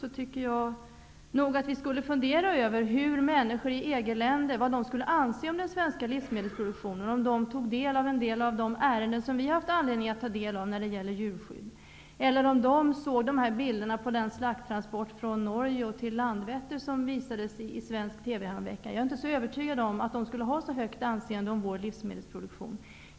Vi borde nog fundera över vad människor i EG-länder skulle anse om den svenska livsmedelsproduktionen om de tog del av några av de ärenden som vi har haft anledning att ta del av när det gäller djurskydd, eller om de såg de bilder av en slakttransport från häromveckan. Jag är inte övertygad om att de skulle ha ett så högt anseende om vår livsmedelsproduktion.